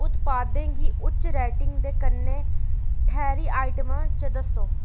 उत्पादें गी उच्च रेटिंग दे कन्नै ठैह्री आइटमां च दस्सो